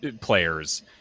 players